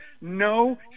no